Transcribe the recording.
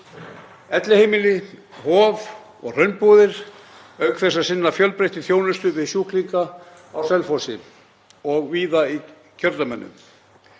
elliheimili, Hof og Hraunbúðir, auk þess að sinna fjölbreyttri þjónustu við sjúklinga á Selfossi og víðar í kjördæminu.